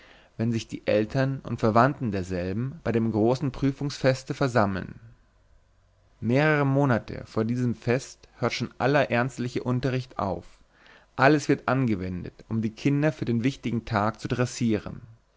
wenn sich die eltern und verwandten derselben bei dem großen prüfungsfeste versammeln mehrere monate vor diesem feste hört schon aller ernstliche unterricht auf alles wird angewendet um die kinder für den wichtigen tag zu